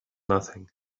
nothing